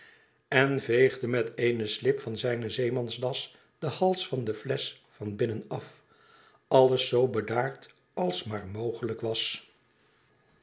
en veegde meteene slip van zijne zeemansdas den hals van de flesch van binnen a alles zoo bedaard als maar mogelijk was